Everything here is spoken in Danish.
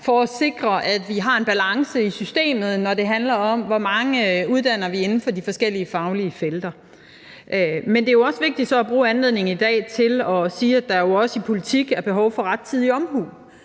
for at sikre, at vi har en balance i systemet, når det handler om, hvor mange vi uddanner inden for de forskellige faglige felter. Men det er også vigtigt så at bruge anledningen i dag til at sige, at der jo også i politik er behov for rettidig omhu.